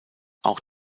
auch